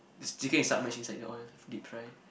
this chicken is submerge inside the oil deep fry